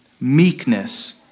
meekness